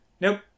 nope